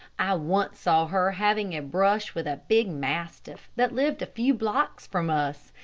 i once saw her having a brush with a big mastiff that lived a few blocks from us,